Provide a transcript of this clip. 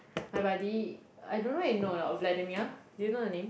my buddy I don't know you know or not of Vladimir do you know the name